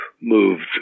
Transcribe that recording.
moved